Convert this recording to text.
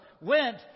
went